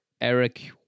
Eric